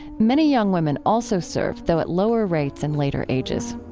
many young women also serve, though at lower rates and later ages